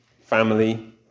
family